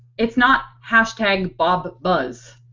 its not hashtag bob buzz.